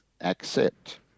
accept